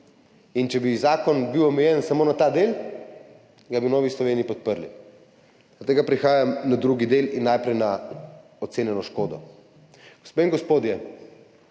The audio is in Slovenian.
Če bi bil zakon omejen samo na ta del, ga bi v Novi Sloveniji podprli. Od tega prehajam na drugi del in najprej na ocenjeno škodo. Gospe in gospodje,